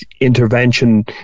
intervention